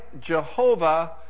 Jehovah